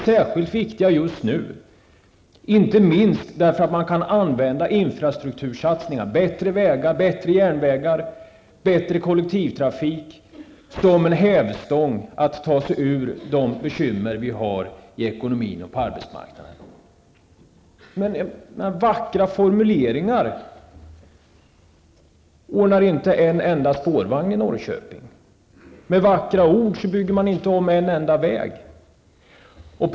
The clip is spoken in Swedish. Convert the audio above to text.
Särskilt viktiga är de just nu, inte minst därför att man kan använda infrastruktursatsningarna -- alltså satsningar på bättre vägar och järnvägar samt en bättre kollektivtrafik -- som en hävstång för att göra det möjligt att komma bort från de bekymmer som finns beträffande ekonomin och arbetsmarknaden. Men vackra formuleringar innebär inte att någon enda spårvagn ordnas i Norrköping. Med enbart vackra ord blir inte en enda väg ombyggd.